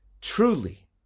Truly